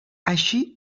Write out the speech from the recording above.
així